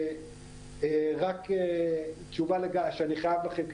רק תשובה שאני חייב לכם,